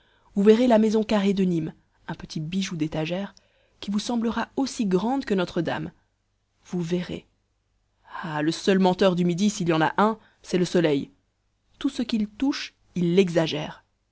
vous verrez la maison carrée de nîmes un petit bijou d'étagère qui vous semblera aussi grande que notre-dame vous verrez ah le seul menteur du midi s'il y en a un c'est le soleil tout ce qu'il touche il l'exagère